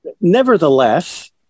Nevertheless